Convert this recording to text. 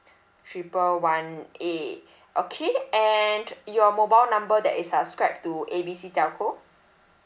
triple one A okay and your mobile number that is subscribed to A B C telco